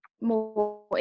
more